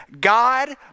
God